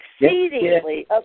exceedingly